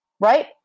right